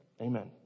Amen